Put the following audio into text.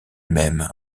mêmes